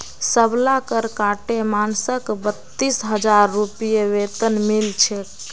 सबला कर काटे मानसक बत्तीस हजार रूपए वेतन मिल छेक